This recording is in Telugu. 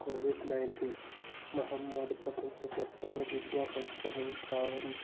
కోవిడ్ నైన్టీన్ మహమ్మారి ప్రపంచ వ్యాప్తంగా విద్యాసంస్థలను ప్రారం